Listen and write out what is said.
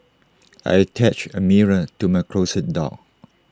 I attached A mirror to my closet door